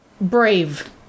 brave